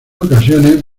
ocasiones